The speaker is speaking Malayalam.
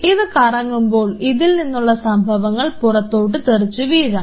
ഇത് കറങ്ങുമ്പോൾ ഇതിൽ നിന്നുള്ള സംഭവങ്ങൾ പുറത്തോട്ട് തെറിച്ചു വീഴാം